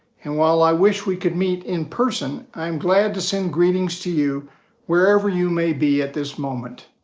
and while i wish we could meet in person, i'm glad to send greetings to you wherever you may be at this moment.